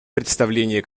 представление